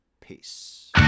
Peace